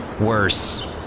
worse